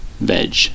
Veg